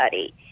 study